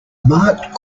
mark